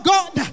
God